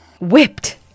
Whipped